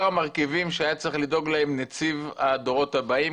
המרכיבים שהיה צריך לדאוג להם נציב הדורות הבאים,